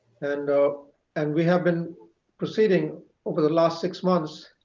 and and we have been proceeding over the last six months